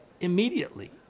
immediately